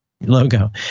Logo